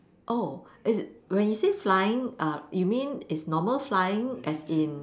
oh is when you say flying err you mean is normal flying as in